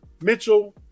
Mitchell